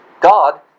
God